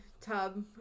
tub